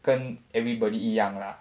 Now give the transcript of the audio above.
跟 everybody 一样 lah